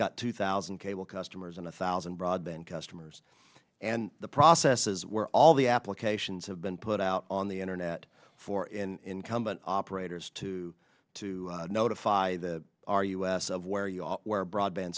got two thousand cable customers and a thousand broadband customers and the processes were all the applications have been put out on the internet for in company operators to to notify the r us of where you are where broadband